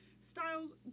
Styles